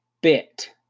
bit